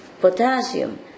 potassium